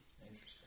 interesting